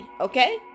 Okay